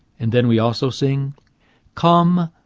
and then we also sing come,